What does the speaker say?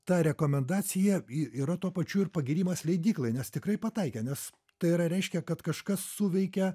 ta rekomendacija y yra tuo pačiu ir pagyrimas leidyklai nes tikrai pataikė nes tai yra reiškia kad kažkas suveikė